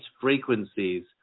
frequencies